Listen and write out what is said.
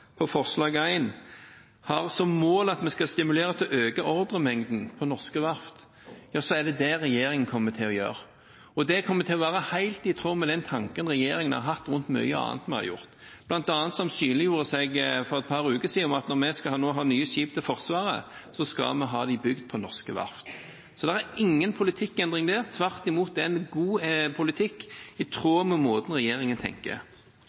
forslag nr. 1 har som mål at vi skal stimulere til å øke ordremengden på norske verft, er det det regjeringen kommer til å gjøre. Det kommer til å være helt i tråd med de tankene regjeringen har hatt rundt mye annet vi har gjort, som bl.a. ble synlig for et par uker siden ved at når vi nå skal ha nye skip til Forsvaret, skal vi få dem bygd på norske verft. Det er ingen politikkendring der. Tvert imot – det er god politikk i tråd med måten regjeringen tenker